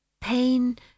Pain